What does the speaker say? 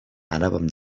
anàvem